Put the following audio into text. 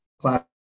class